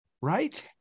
right